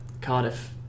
Cardiff